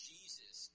Jesus